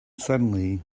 suddenly